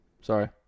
Sorry